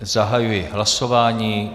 Zahajuji hlasování.